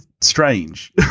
strange